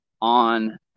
on